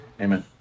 Amen